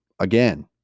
again